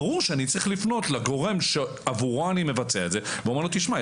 ברור שאני צריך לפנות לגורם שעבורו אני מבצע את זה ולומר לו: תשמע,